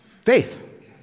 Faith